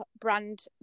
brand